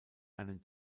einen